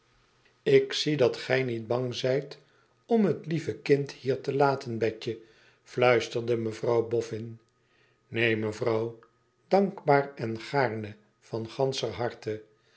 ik zie dat gij niet bang zijt om het lieve kind hier te laten betje fluisterde mevrouw bofn neen mevrouw dankbaar en gaarne van ganscher harte